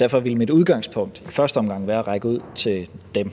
Derfor vil det være mit udgangspunkt i første omgang at række ud til dem.